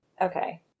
Okay